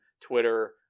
Twitter